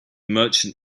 merchant